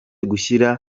gushyira